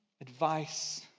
advice